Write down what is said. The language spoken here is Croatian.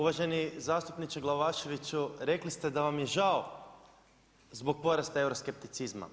Uvaženi zastupniče Glavaševiću, rekli ste da vam je žao zbog porasta euroskepticizma.